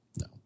no